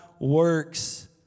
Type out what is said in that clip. works